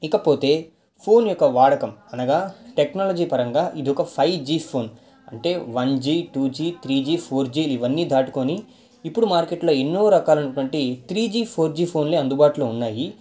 ఇకపోతే ఫోన్ యొక్క వాడకం అనగా టెక్నాలజీ పరంగా ఇది ఒక ఫైవ్ జీ ఫోన్ అంటే one G two G three G four జీలు ఇవన్నీ దాటుకుని ఇప్పుడు మార్కెట్లో ఎన్నో రకాలైనటువంటి త్రీ జీ పోర్ జీ ఫోన్లే అందుబాటులో ఉన్నాయి